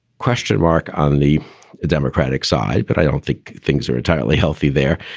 question mark on the democratic side. but i don't think things are entirely healthy there.